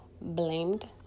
blamed